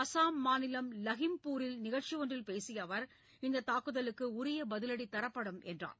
அஸ்ஸாம் மாநிலம் லஹிம்பூரில் நிகழ்ச்சி ஒன்றில் பேசிய அவர் இந்த தாக்குதலுக்கு உரிய பதிலடி தரப்படும் என்றார்